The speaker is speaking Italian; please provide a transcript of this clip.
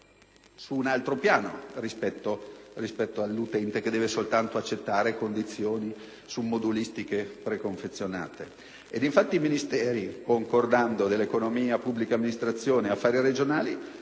su un altro piano rispetto all'utente che deve soltanto accettare condizioni su modulistiche preconfezionate. Infatti, concordando, i Ministeri dell'economia, della pubblica amministrazione e degli affari regionali